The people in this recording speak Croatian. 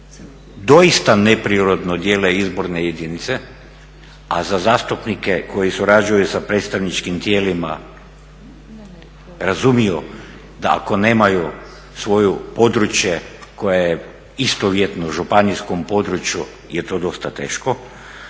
doista neprirodno dijele izborne jedinice, a za zastupnike koji surađuju sa predstavničkim tijelima razumiju da ako nemaju svoje područje koje je istovjetno županijskom području je to dosta teško,